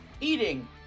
eating